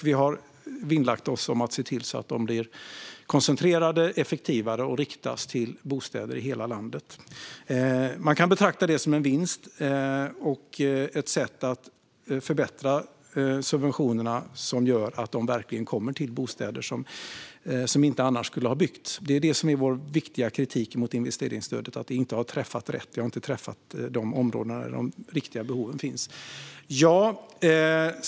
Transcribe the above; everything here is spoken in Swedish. Vi har vinnlagt oss om att se till att de blir koncentrerade och effektivare och att de riktas till bostäder i hela landet. Man kan betrakta det som en vinst. Det är ett sätt att förbättra subventionerna som gör att de verkligen går till bostäder som annars inte skulle ha byggts. Vår viktiga kritik mot investeringsstödet är att det inte har träffat rätt. Det har inte träffat de områden där de riktiga behoven finns.